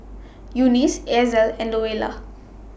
Eunice Ezell and Louella